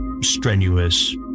strenuous